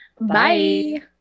Bye